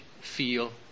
feel